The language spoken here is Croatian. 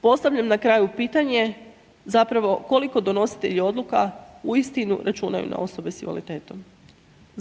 postavljam na kraju pitanje zapravo koliko donositelji oduka uistinu računaju na osobe sa invaliditetom?